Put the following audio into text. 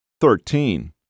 Thirteen